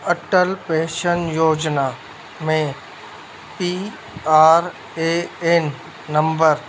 Atal pension योजना में P R A N number